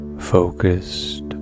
focused